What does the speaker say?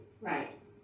Right